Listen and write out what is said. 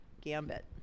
gambit